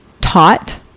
taught